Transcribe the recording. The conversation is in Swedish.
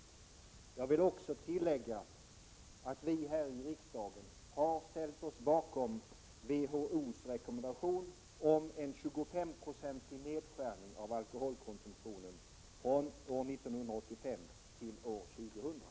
Jag vill tillägga att vi här i riksdagen har ställt oss bakom WHO:s rekommendation om en 25-procentig nedskärning av alkoholkonsumtionen från år 1985 till år 2000.